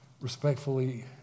respectfully